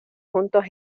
juntos